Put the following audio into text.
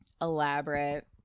elaborate